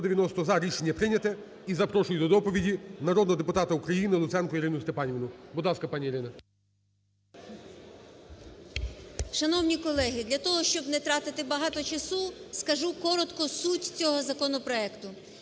Рішення прийнято. І запрошую до доповіді народного депутата України Луценко Ірину Степанівну. Будь ласка, пані Ірина. 17:39:22 ЛУЦЕНКО І.С. Шановні колеги, для того, щоб не тратити багато часу, скажу коротко суть цього законопроекту.